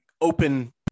open